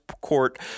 court